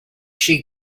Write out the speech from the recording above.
she